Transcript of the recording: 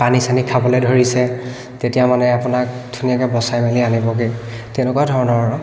পানী চানী খাবলৈ ধৰিছে তেতিয়া মানে আপোনাক ধুনীয়াকৈ বচাই মেলি আনিবগৈ তেনেকুৱা ধৰণৰ আৰু